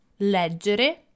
Leggere